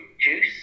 juice